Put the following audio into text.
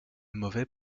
mauvais